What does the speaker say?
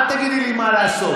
אל תגידי לי מה לעשות.